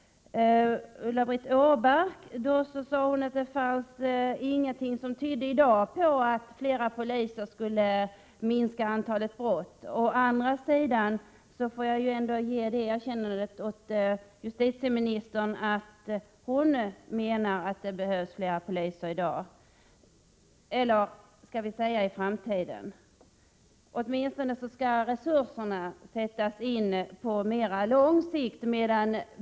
Ulla-Britt Åbark sade nyss att ingenting i dag tyder på att flera poliser skulle minska antalet brott. Å andra sidan får jag ge det erkännandet åt justitieministern att hon menar att det behövs flera poliser — i varje fall i framtiden, eftersom resurserna skall sättas in mera på lång sikt.